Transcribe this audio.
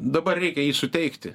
dabar reikia jai suteikti